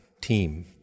team